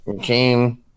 game